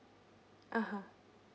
(uh huh)